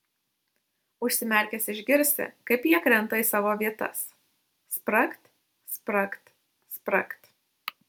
užsimerkęs išgirsi kaip jie krenta į savo vietas spragt spragt spragt